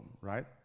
right